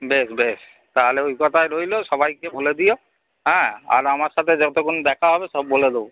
বেশ বেশ তাহলে ওই কথাই রইলো সবাইকে বলে দিও হ্যাঁ আর আমার সাথে যতগুন দেখা হবে সব বলে দোবো